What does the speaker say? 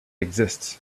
exists